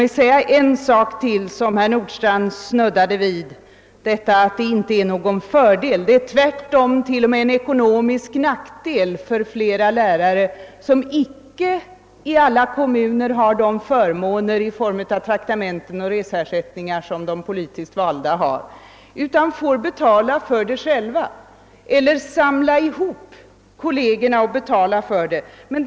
Jag vill påstå att den tvärtom är en ekonomisk nackdel för flera av dem. De har inte i alla kommuner de förmåner i form av traktamenten och reseersättningar som de politiskt valda har utan får själva betala kostnaderna eller också får kollegerna samla ihop pengar.